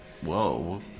Whoa